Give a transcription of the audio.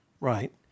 right